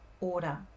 order